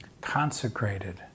consecrated